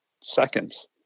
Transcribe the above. seconds